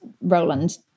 Roland